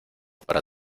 para